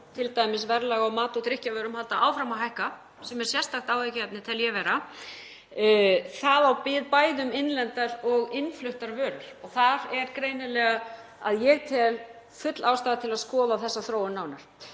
t.d. verðlag á mat- og drykkjarvörum halda áfram að hækka, sem er sérstakt áhyggjuefni, tel ég vera. Það á við bæði um innlendar og innfluttar vörur og þar er greinilega, að ég tel, full ástæða til að skoða þessa þróun nánar.